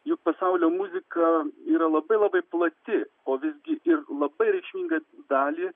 juk pasaulio muzika yra labai labai plati o visgi ir labai reikšmingą dalį